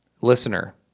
listener